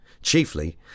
Chiefly